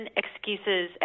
excuses